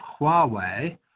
Huawei